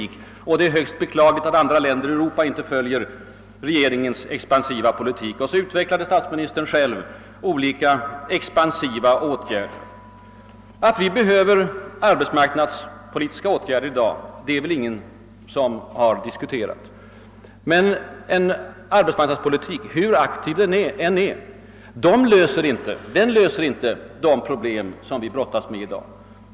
Statsministern menade att det är högst beklagligt att inte andra länder i Europa också för en sådan föredömlig expansiv politik, och därefter redovisade statsministern de olika åtgärder som regeringen vidtagit i detta syfte. Att arbetsmarknadspolitiska åtgärder behöver vidtagas är det väl ingen som har bestritt. Men en arbetsmarknadspolitik, hur aktiv den än är, löser inte på sikt de problem vi har att brottas med i dag.